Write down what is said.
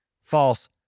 false